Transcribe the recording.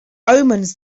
omens